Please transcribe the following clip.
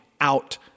out